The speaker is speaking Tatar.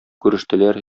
күрештеләр